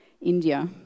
India